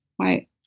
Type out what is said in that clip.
right